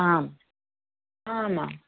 आम् आमाम्